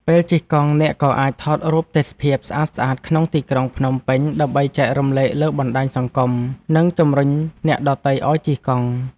ពេលជិះកង់អ្នកក៏អាចថតរូបទេសភាពស្អាតៗក្នុងទីក្រុងភ្នំពេញ ដើម្បីចែករំលែកលើបណ្ដាញសង្គម និងជម្រុញអ្នកដទៃឱ្យជិះកង់។